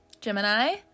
Gemini